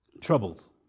Troubles